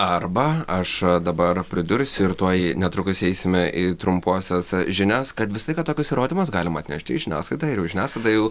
arba aš dabar pridursiu ir tuoj netrukus eisime į trumpuosias žinias kad visą laiką tokius įrodymus galima atnešti į žiniasklaidą ir jau žiniasklaida jau